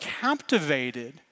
captivated